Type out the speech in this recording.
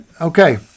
Okay